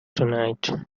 tonight